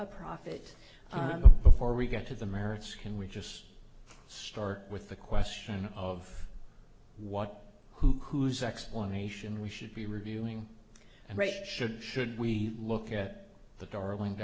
a profit before we get to the merits can we just start with the question of what who whose explanation we should be reviewing and race should should we look at the darling